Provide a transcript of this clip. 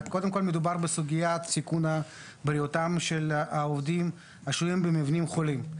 מדובר בסוגיית סיכון בריאותם של העובדים השוהים במבנים חולים.